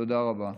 תודה רבה.